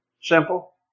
simple